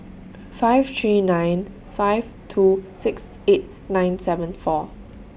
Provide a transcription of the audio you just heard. five three nine five two six eight nine seven four